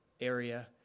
area